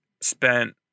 spent